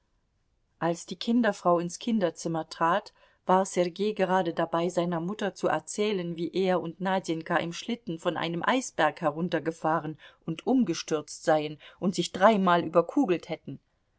als die kinderfrau ins kinderzimmer trat war sergei gerade dabei seiner mutter zu erzählen wie er und nadjenka im schlitten von einem eisberg heruntergefahren und umgestürzt seien und sich dreimal überkugelt hätten